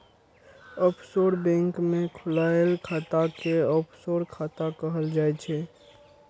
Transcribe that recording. offshore bank मे खोलाएल खाता कें ऑफसोर खाता कहल जाइ छै